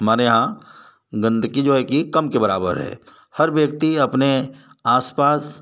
हमारे यहाँ गंदगी जो है कि कम के बराबर है हर व्यक्ति अपने आस पास